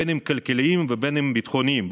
אם כלכליים ואם ביטחוניים,